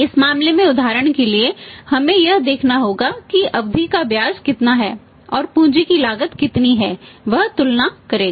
इस मामले में उदाहरण के लिए हमें यह देखना होगा कि अवधि का ब्याज कितना है और पूंजी की लागत कितनी है वह तुलना करेगा